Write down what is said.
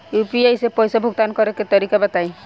UPI से पईसा भुगतान करे के तरीका बताई?